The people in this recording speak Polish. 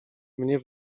mnie